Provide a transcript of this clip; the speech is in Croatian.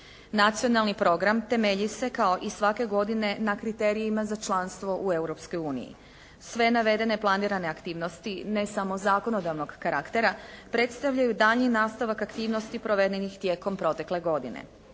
Nacionalni program temelji se kao i svake godine na kriterijima za članstvo u Europskoj uniji. Sve navedene planirane aktivnosti ne samo zakonodavnog karaktera, predstavljaju daljnji nastavak aktivnosti provedenih tijekom protekle godine.